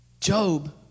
Job